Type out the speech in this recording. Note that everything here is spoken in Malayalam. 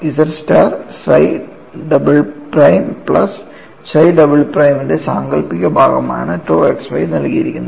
Z star psi double prime plus chi double പ്രൈമിന്റെ സാങ്കൽപ്പിക ഭാഗമായാണ് tau xy നൽകിയിരിക്കുന്നത്